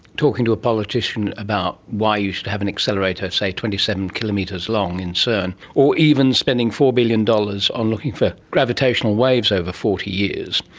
talking to a politician about why you should have an accelerator, say, twenty seven kilometres long in cern, or even spending four billion dollars on looking for gravitational waves over forty years,